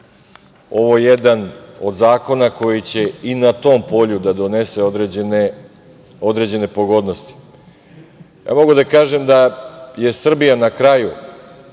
ovo jedan od zakona koji će i na tom polju da donese određene pogodnosti. Mogu da kažem da je Srbija na kraju